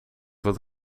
wat